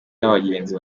n’abagenzi